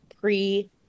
pre